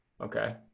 Okay